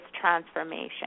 transformation